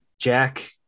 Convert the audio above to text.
Jack